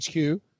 HQ